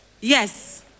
Yes